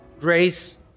grace